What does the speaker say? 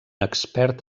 expert